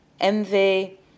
envy